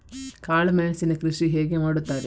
ಕಾಳು ಮೆಣಸಿನ ಕೃಷಿ ಹೇಗೆ ಮಾಡುತ್ತಾರೆ?